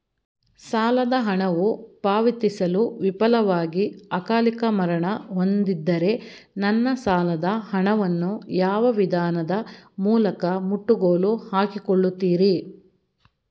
ಸಾಲದ ಹಣವು ಪಾವತಿಸಲು ವಿಫಲವಾಗಿ ಅಕಾಲಿಕ ಮರಣ ಹೊಂದಿದ್ದರೆ ನನ್ನ ಸಾಲದ ಹಣವನ್ನು ಯಾವ ವಿಧಾನದ ಮೂಲಕ ಮುಟ್ಟುಗೋಲು ಹಾಕಿಕೊಳ್ಳುತೀರಿ?